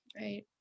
Right